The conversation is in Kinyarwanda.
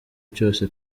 cyose